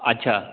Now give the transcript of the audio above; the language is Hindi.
अच्छा